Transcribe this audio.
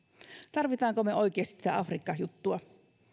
tarvitsemmeko me oikeasti tätä afrikka juttua